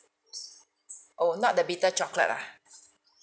oh not the bitter chocolate ah